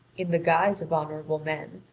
in the guise of honourable men,